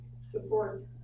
support